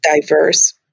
diverse